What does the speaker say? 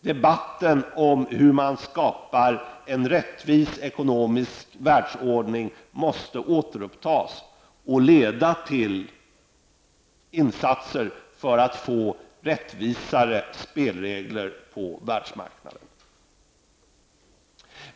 Debatten om hur man skapar en rättvis ekonomisk världsordning måste återupptas och leda till insatser för att få rättvisare spelregler på världsmarknaden.